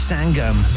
Sangam